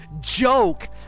joke